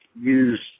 use